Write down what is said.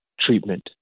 treatment